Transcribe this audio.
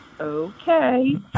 okay